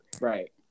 right